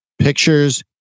Pictures